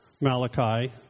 Malachi